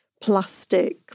plastic